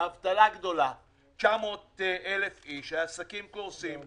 האבטלה גדולה - 900,000 איש, העסקים קורסים,